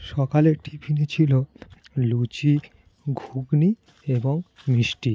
সকালের টিফিনে ছিলো লুচি ঘুগনি এবং মিষ্টি